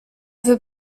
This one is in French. veut